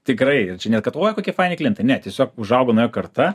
tikrai ir čia ne kad uoj kokie faini klientai ne tiesiog užaugo nauja karta